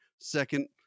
second